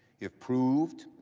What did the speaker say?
if proved,